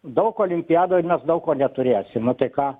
daug olimpiadų ir mes daug ko neturėsim nu tai ką